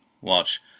watch